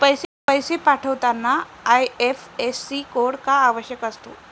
पैसे पाठवताना IFSC code का आवश्यक असतो?